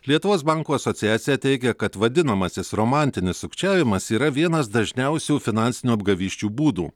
lietuvos bankų asociacija teigia kad vadinamasis romantinis sukčiavimas yra vienas dažniausių finansinių apgavysčių būdų